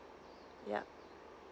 yeah